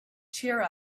cheer